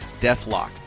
Deathlock